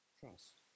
trust